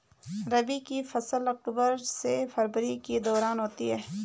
रबी का मौसम अक्टूबर से फरवरी के दौरान होता है